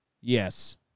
Yes